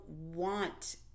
want